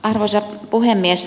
arvoisa puhemies